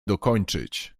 dokończyć